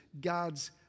God's